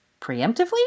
Preemptively